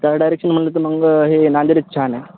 त्या डायरेक्शन म्हटलं तर मग हे नांदेडच छान आहे